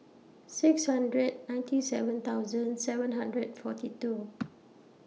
six hundred ninety seven thousand seven hundred forty two